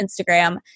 Instagram